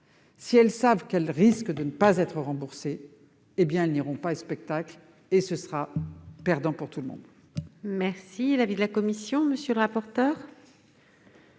Si elles savent qu'elles risquent de ne pas être remboursées, elles n'iront pas au spectacle, et tout le monde